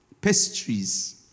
pastries